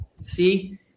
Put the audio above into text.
See